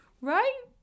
right